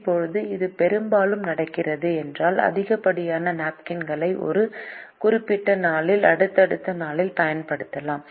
இப்போது இது பெரும்பாலும் நடக்கிறது ஏனென்றால் அதிகப்படியான நாப்கின்களை ஒரு குறிப்பிட்ட நாளில் அடுத்தடுத்த நாளில் பயன்படுத்தலாம்